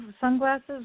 sunglasses